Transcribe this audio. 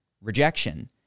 Rejection